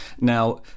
Now